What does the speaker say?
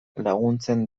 laguntzen